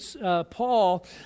Paul